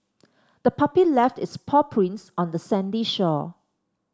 the puppy left its paw prints on the sandy shore